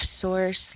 source